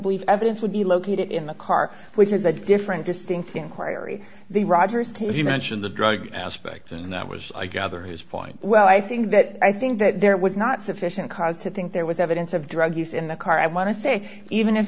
believe evidence would be located in the car which is a different distinct inquiry the rogers to as you mentioned the drug aspect in that was i gather his point well i think that i think that there was not sufficient cause to think there was evidence of drug use in the car i want to say even if